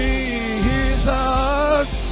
Jesus